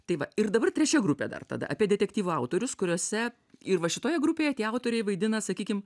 tai va ir dabar trečia grupė dar tada apie detektyvų autorius kuriuose ir va šitoje grupėje tie autoriai vaidina sakykim